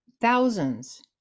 thousands